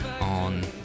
on